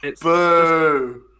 Boo